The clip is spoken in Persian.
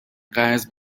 قرض